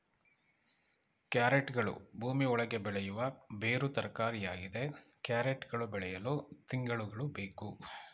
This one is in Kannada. ಕ್ಯಾರೆಟ್ಗಳು ಭೂಮಿ ಒಳಗೆ ಬೆಳೆಯುವ ಬೇರು ತರಕಾರಿಯಾಗಿದೆ ಕ್ಯಾರೆಟ್ ಗಳು ಬೆಳೆಯಲು ತಿಂಗಳುಗಳು ಬೇಕು